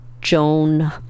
Joan